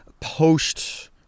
post